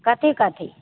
कथी कथी